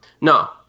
No